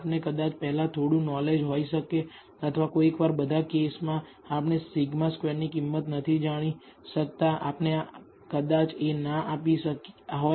આપને કદાચ પહેલા થોડું નોલેજ હોઈ શકે કોઈકવાર બધા કેસમાં આપણે σ2 ની કિંમત નથી જાણી શકતા આપને કદાચ એ ના આપી હોય